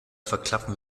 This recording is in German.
verklappen